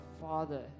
Father